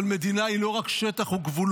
אבל מדינה היא לא רק שטח וגבולות,